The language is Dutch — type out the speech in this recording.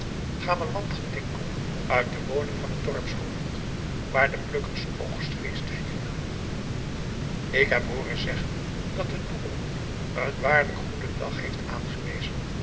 het zilverige gamelan getinkel uit de woning van het dorpshoofd waar de plukkers oogst feest vierden ik heb hooren zeggen dat de doekoen een waarlijk goeden dag heeft aangewezen